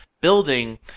building